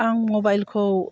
आं माबाइलखौ